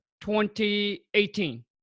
2018